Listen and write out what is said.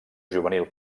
juvenil